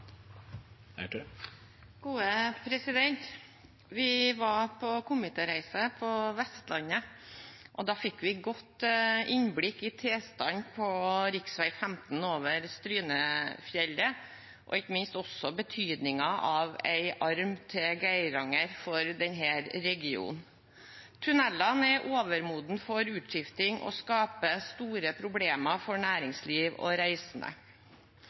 Vi var på komitéreise på Vestlandet, og da fikk vi godt innblikk i tilstanden på rv. 15 over Strynefjellet og ikke minst betydningen av en arm til Geiranger for denne regionen. Tunnelene er overmodne for utskifting og skaper store problemer for næringsliv og reisende.